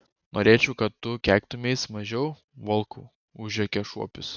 norėčiau kad tu keiktumeis mažiau volkau užrėkė šuopis